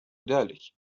ذلك